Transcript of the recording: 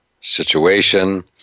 situation